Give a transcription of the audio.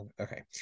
Okay